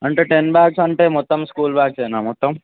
అంటే ten bags అంటే మొత్తం స్కూల్ బ్యాగ్సేనా మొత్తం